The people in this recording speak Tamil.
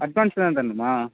அட்வான்ஸ் தான் தரணுமா